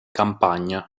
campagna